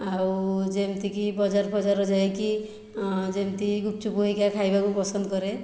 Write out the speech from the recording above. ଆଉ ଯେମିତିକି ବଜାର ଫଜାର ଯାଇକି ଯେମିତି ଗୁପ୍ଚୁପ୍ ହେରିକା ଖାଇବାକୁ ପସନ୍ଦ କରେ